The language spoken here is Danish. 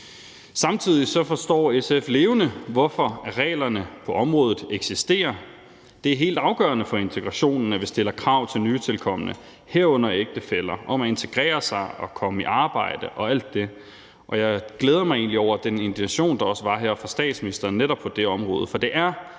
Samtidig forstår SF levende, hvorfor reglerne på området eksisterer. Det er helt afgørende for integrationen, at vi stiller krav til nytilkomne, herunder ægtefæller, om at integrere sig og komme i arbejde og alt det, og jeg glæder mig egentlig over den indignation, der også var her fra statsministerens side på netop det